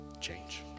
change